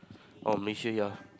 oh Malaysian ya